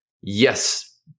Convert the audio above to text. Yes